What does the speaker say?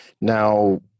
Now